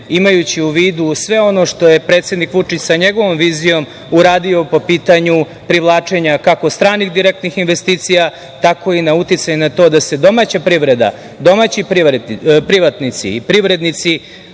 imajući u vidu sve ono što je predsednik Vučić sa njegovom vizijom uradio po pitanju privlačenja kako stranih direktnih investicija, tako i na uticaj na to da se domaća privreda, domaći privatnici i privrednici